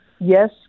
Yes